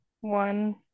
One